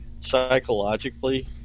psychologically